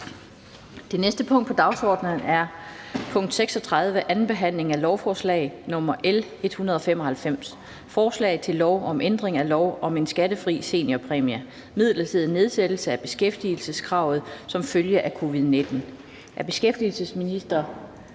Det næste punkt på dagsordenen er: 36) 2. behandling af lovforslag nr. L 195: Forslag til lov om ændring af lov om en skattefri seniorpræmie. (Midlertidig nedsættelse af beskæftigelseskravet som følge af covid-19). Af beskæftigelsesministeren